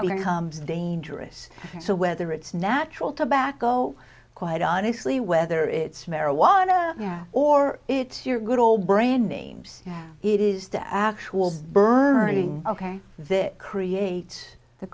becomes dangerous so whether it's natural to back go quite honestly whether it's marijuana or it's your good old brand names it is the actual burning ok this create the